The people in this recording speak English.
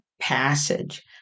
passage